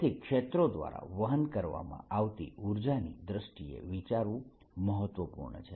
તેથી ક્ષેત્રો દ્વારા વહન કરવામાં આવતી ઉર્જાની દ્રષ્ટિએ વિચારવું મહત્વપૂર્ણ છે